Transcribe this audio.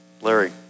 Larry